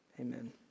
Amen